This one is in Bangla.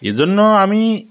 এ জন্য আমি